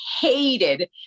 hated